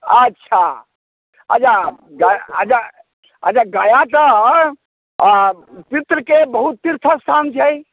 अच्छा अछा गया अच्छा गया तऽ पित्रके बहुत तीर्थ स्थान छै